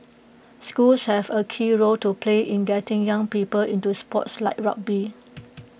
schools have A key role to play in getting young people into sports like rugby